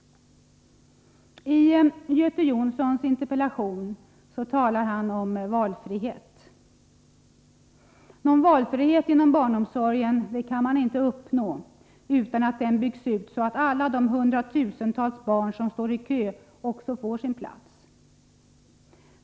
Göte Jonsson talar i sin interpellation om valfrihet. Någon valfrihet inom barnomsorgen kan inte uppnås utan att den byggs ut så att alla de hundratusentals barn som står i kö också får sin plats.